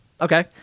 Okay